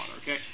okay